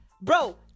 bro